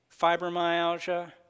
fibromyalgia